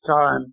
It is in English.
time